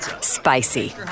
spicy